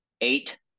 eight